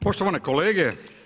Poštovane kolege.